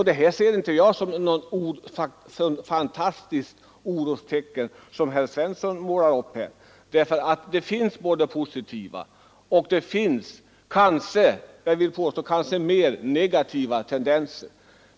Detta ser jag inte som ett så fantastiskt orostecken som herr Svensson målar upp här. Det finns både positiva och för den delen kanske också mer negativa tendenser i sådana investeringar.